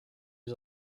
was